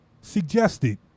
Suggested